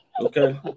Okay